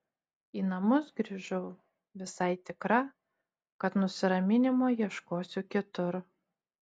į namus grįžau visai tikra kad nusiraminimo ieškosiu kitur